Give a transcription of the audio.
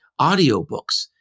audiobooks